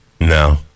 no